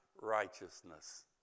righteousness